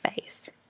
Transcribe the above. face